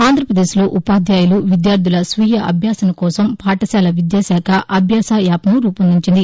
ఆంధ్రపదేశ్ లో ఉపాధ్యాయులు విద్యార్టుల స్వీయ అభ్యాసన కోసం పాఠశాల విద్యాకాఖ అభ్యాస యాప్ను రూపొందించింది